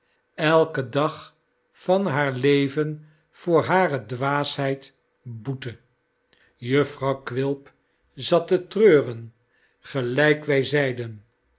elken dag van haar leven voor hare dwaasheid boette jufvrouw quilp zat te treuren gelijk wij zeiden